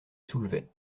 soulevait